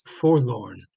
forlorn